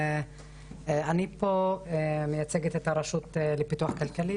אני פה מייצגת את הרשות לפיתוח כלכלי,